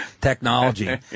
technology